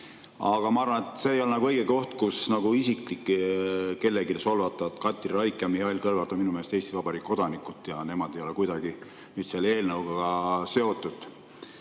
Aga ma arvan, et see ei ole õige koht, kus isiklikult kedagi solvata. Katri Raik ja Mihhail Kõlvart on minu meelest Eesti Vabariigi kodanikud ja nemad ei ole kuidagi nüüd selle eelnõuga seotud.